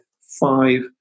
five